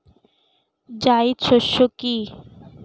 জায়িদ শস্য কি?